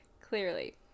clearly